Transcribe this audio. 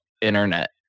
internet